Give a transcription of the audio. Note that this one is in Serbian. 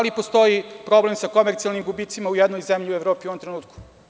Da li postoji problem sa komercijalnim gubicima u jednoj zemlji u Evropi u ovom trenutku?